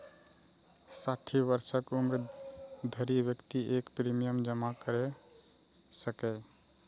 साठि वर्षक उम्र धरि व्यक्ति एकर प्रीमियम जमा कैर सकैए